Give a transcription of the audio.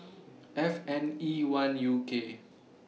F N E one U K